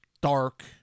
dark